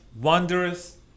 wondrous